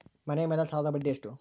ಮನೆ ಮೇಲೆ ಸಾಲದ ಬಡ್ಡಿ ಎಷ್ಟು?